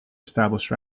established